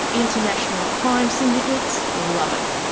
international crime syndicates love it.